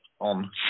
on